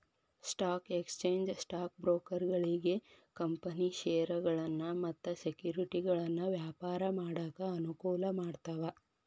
stock exchange stock ಬ್ರೋಕರ್ಗಳಿಗಿ company ಷೇರಗಳನ್ನ ಮತ್ತ ಸೆಕ್ಯುರಿಟಿಗಳನ್ನ ವ್ಯಾಪಾರ ಮಾಡಾಕ ಅನುಕೂಲ ಮಾಡ್ತಾವ